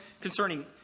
concerning